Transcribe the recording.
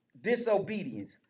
disobedience